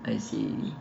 I see